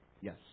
yes